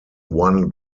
one